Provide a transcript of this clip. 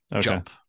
jump